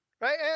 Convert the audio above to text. right